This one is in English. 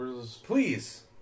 Please